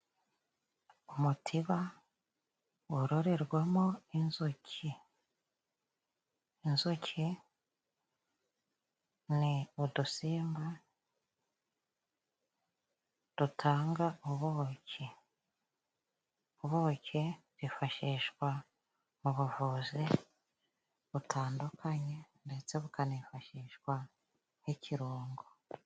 Umutiba wororerwamo inzuki inzuki ni udusimba dutanga ubuki, ubuki bwifashishwa mu buvuzi butandukanye ndetse bukanifashishwa nk'ikirungo.